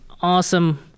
awesome